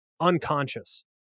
unconscious